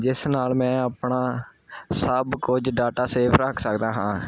ਜਿਸ ਨਾਲ ਮੈਂ ਆਪਣਾ ਸਭ ਕੁਝ ਡਾਟਾ ਸੇਫ ਰੱਖ ਸਕਦਾ ਹਾਂ